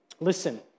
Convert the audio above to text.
Listen